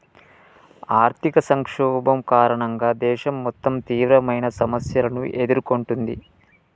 ఆర్థిక సంక్షోభం కారణంగా దేశం మొత్తం తీవ్రమైన సమస్యలను ఎదుర్కొంటుంది